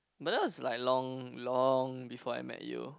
but that was like long long before I met you